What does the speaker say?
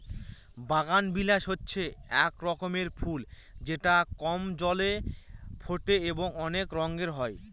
বাগানবিলাস হচ্ছে এক রকমের ফুল যেটা কম জলে ফোটে এবং অনেক রঙের হয়